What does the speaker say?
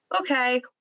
okay